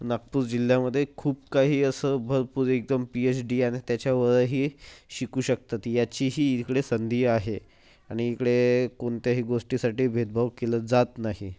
नागपूर जिल्ह्यामध्ये खूप काही असं भरपूर एकदम पीएच डी आणि त्याच्यावरही शिकू शकतात याचीही इकडे संधी आहे आणि इकडे कोणत्याही गोष्टीसाठी भेदभाव केला जात नाही